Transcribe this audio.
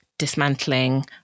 dismantling